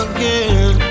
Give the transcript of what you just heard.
Again